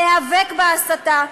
להיאבק בהסתה,